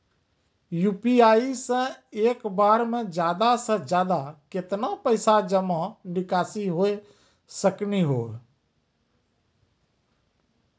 UPI से एक बार मे ज्यादा से ज्यादा केतना पैसा जमा निकासी हो सकनी हो?